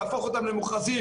להפוך אותם למוכרזים,